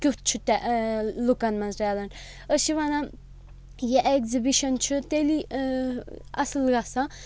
کیُتھ چھُ لُکَن منٛز ٹیلَنٹ أسۍ چھِ وَنان یہِ ایٚگزِبِشَن چھِ تیٚلی اَصٕل گژھان